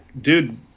Dude